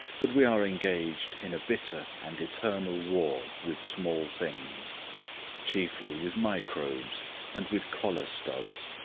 but we are engaged in a bitter and eternal war with small things chiefly with microbes and with collar studs.